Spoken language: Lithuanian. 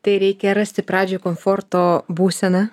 tai reikia rasti pradžiai komforto būseną